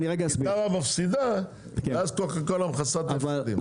אם טרה מפסידה ואז קוקה קולה מכסה את ההפסדים.